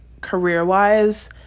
career-wise